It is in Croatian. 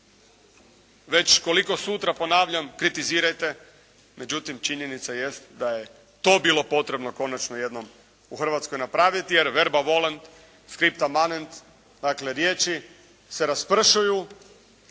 Već koliko sutra, ponavljam, kritizirajte. Međutim, činjenica jest da je to bilo potrebno konačno jednom u Hrvatskoj napraviti jer "verba volant, scripta manent", dakle riječi se raspršuju